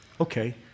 Okay